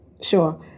sure